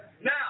Now